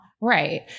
Right